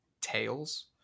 Tails